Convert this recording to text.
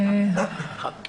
תודה רבה.